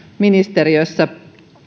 ministeriössä